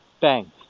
Bang